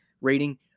rating